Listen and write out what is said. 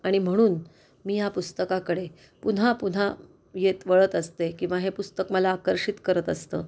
आणि म्हणून मी ह्या पुस्तकाकडे पुन्हापुन्हा येत वळत असते किंवा हे पुस्तक मला आकर्षित करत असतं